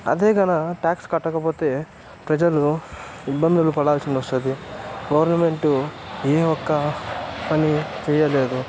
అదే గణా ట్యాక్స్ కట్టకపోతే ప్రజలు ఇబ్బందులు పడాల్సిందొస్తుంది గవర్నమెంటు ఏ ఒక్క పని చేయలేదు